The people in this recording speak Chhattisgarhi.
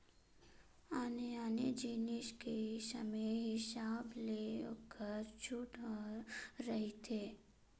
आने आने जिनिस के समे हिसाब ले ओखर छूट ह रहिथे